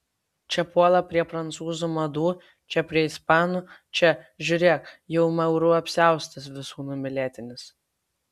čia puola prie prancūzų madų čia prie ispanų čia žiūrėk jau maurų apsiaustas visų numylėtinis